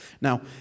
Now